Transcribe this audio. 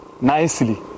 nicely